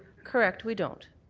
correct, we don't.